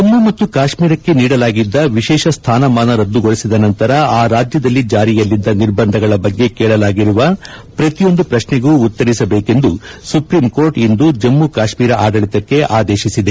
ಜಮ್ಮು ಮತ್ತು ಕಾಶ್ಮೀರಕ್ಕೆ ನೀಡಲಾಗಿದ್ದ ವಿಶೇಷ ಸ್ವಾನಮಾನ ರದ್ದುಗೊಳಿಸಿದ ನಂತರ ಆ ರಾಜ್ಯದಲ್ಲಿ ಜಾರಿಯಲ್ಲಿದ್ದ ನಿರ್ಬಂಧಗಳ ಬಗ್ಗೆ ಕೇಳಲಾಗಿರುವ ಪ್ರತಿಯೊಂದು ಪ್ರಶ್ನೆಗೂ ಉತ್ತರಿಸಬೇಕೆಂದು ಸುಪ್ರೀಂಕೋರ್ಟ್ ಇಂದು ಜಮ್ಮ ಕಾಶ್ಮೀರ ಆದಳಿತಕ್ಕೆ ಆದೇಶಿಸಿದೆ